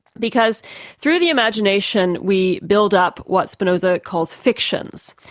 because through the imagination we build up what spinoza calls fictions,